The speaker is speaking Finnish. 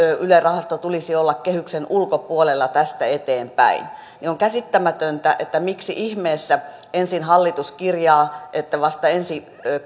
yle rahaston tulisi olla kehyksen ulkopuolella tästä eteenpäin niin on käsittämätöntä että miksi ihmeessä ensin hallitus kirjaa että vasta ensi